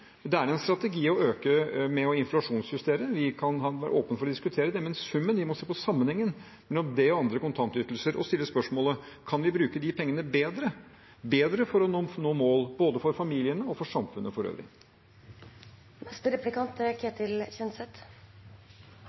Det er en strategi å øke den ved å inflasjonsjustere. Vi kan være åpne for å diskutere det, men når det gjelder summen, må vi se på sammenhengen mellom den og andre kontantytelser og stille spørsmålet: Kan vi bruke de pengene bedre for å nå mål både for familiene og for samfunnet for øvrig?